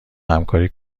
همکاری